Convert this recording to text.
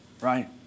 Right